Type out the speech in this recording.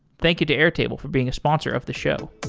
thank you to airtable for being a sponsor of the show.